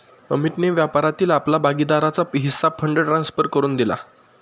अमितने व्यापारातील आपला भागीदारीचा हिस्सा फंड ट्रांसफर करुन दिला